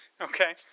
Okay